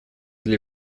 для